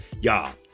y'all